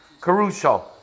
Caruso